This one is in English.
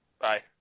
Bye